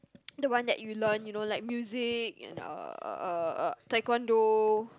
the one that you learn you know like music and uh uh uh taekwondo